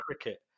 cricket